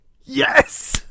Yes